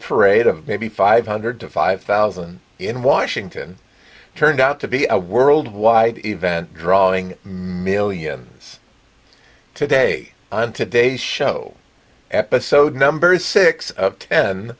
parade of maybe five hundred to five thousand in washington turned out to be a worldwide event drawing millions today and today's show episode numbers six of ten